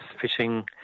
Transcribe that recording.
fishing